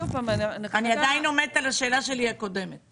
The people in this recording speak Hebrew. אני עדיין עומדת על השאלה הקודמת שלי.